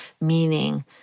meaning